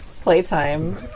Playtime